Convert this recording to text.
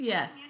Yes